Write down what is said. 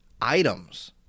items